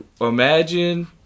imagine